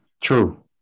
True